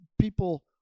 people